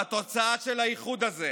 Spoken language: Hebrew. והתוצאה של האיחוד הזה